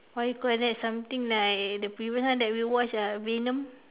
what you call that something like the previous one that we watch uh Venom